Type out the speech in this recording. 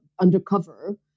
undercover